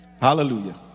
Hallelujah